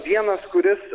vienas kuris